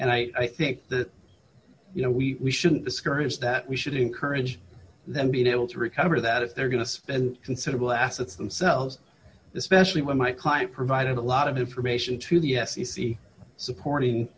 and i think that you know we shouldn't discourage that we should encourage them being able to recover that if they're going to spend considerable assets themselves especially when my client provided a lot of information to the f c c supporting